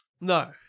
No